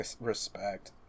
respect